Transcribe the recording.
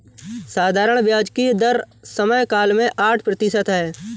साधारण ब्याज की दर समयकाल में आठ प्रतिशत है